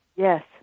Yes